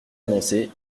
annoncé